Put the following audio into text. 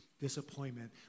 disappointment